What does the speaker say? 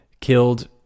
killed